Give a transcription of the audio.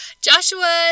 Joshua